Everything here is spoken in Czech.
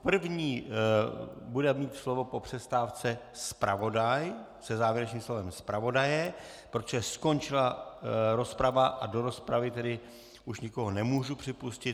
První bude mít slovo po přestávce zpravodaj se závěrečným slovem zpravodaje, protože skončila rozprava a do rozpravy už nikoho nemůžu připustit.